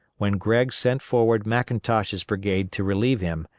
when gregg sent forward mcintosh's brigade to relieve him,